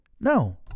no